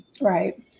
Right